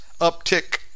uptick